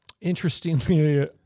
Interestingly